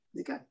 Okay